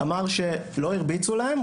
אמר שלא הרביצו להם,